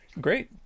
Great